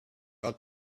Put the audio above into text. ought